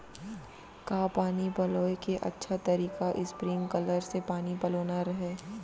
का पानी पलोय के अच्छा तरीका स्प्रिंगकलर से पानी पलोना हरय?